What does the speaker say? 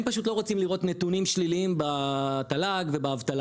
הם פשוט לא רוצים לראות נתונים שליליים בתל"ג ובאבטלה.